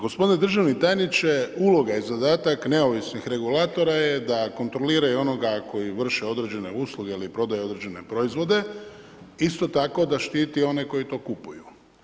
Gospodine državne tajniče, uloga i zadatak neovisnih regulatora je da kontroliraju onoga koji vrši određene usluge ili prodaje određene proizvode, isto tako da štiti one koji to kupuju.